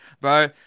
Bro